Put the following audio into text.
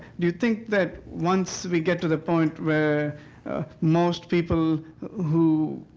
do you think that once we get to the point where most people who